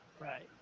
Right